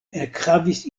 ekhavis